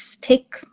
take